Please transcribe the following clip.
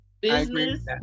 Business